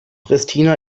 pristina